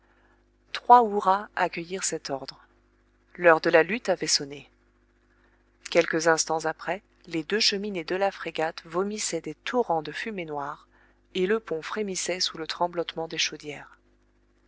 trois hurrahs accueillirent cet ordre l'heure de la lutte avait sonné quelques instants après les deux cheminées de la frégate vomissaient des torrents de fumée noire et le pont frémissait sous le tremblotement des chaudières